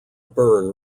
byrne